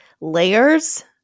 layers